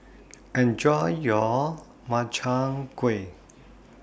Enjoy your Makchang Gui